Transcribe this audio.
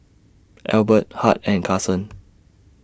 Ethelbert Hart and Carson